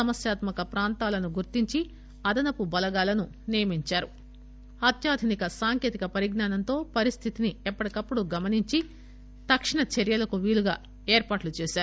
సమస్యాత్మక ప్రాంతాలను గుర్తించి అదనపు బలగాలను నియమించారు అత్యాధునిక సాంకేతిక పరిజ్ఞానంతో పరిస్థితిని ఎప్పటిప్పుడు గమనించి తక్షణ చర్యలకు వీలుగా ఏర్పాట్లు చేశారు